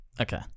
Okay